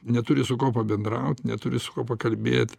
neturi su kuo pabendraut neturi su kuo pakalbėt